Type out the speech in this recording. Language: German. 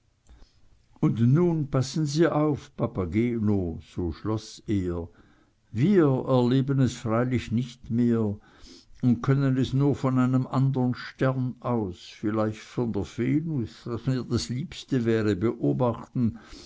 und nun passen sie auf papageno so schloß er wir erleben es freilich nicht mehr und können es nur von einem andern stern aus vielleicht von der venus was mir das liebste wäre beobachten